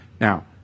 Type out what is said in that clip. Now